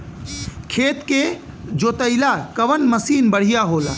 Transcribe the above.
खेत के जोतईला कवन मसीन बढ़ियां होला?